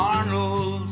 Arnold